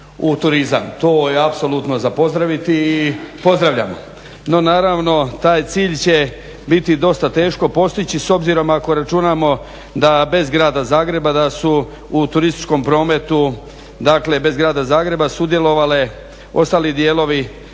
To je apsolutno za pozdraviti i pozdravljamo. No naravno taj cilj će biti dosta teško postići s obzirom ako računamo da bez grada Zagreba da su u turističkom prometu dakle bez grada Zagreba sudjelovali ostali dijelovi